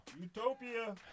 Utopia